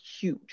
huge